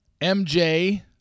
MJ